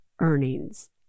earnings